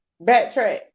backtrack